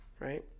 Right